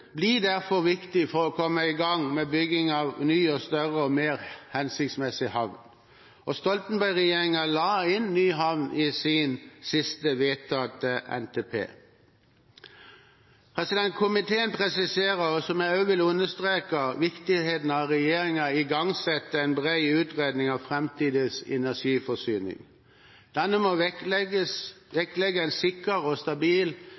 blir derfor viktig for å komme i gang med bygging av ny og større og mer hensiktsmessig havn. Stoltenberg-regjeringen la inn ny havn i sin siste vedtatte NTP. Komiteen presiserer også, som jeg også vil understreke, viktigheten av at regjeringen igangsetter en bred utredning av framtidens energiforsyning. Denne må vektlegge en sikker og stabil